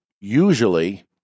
Usually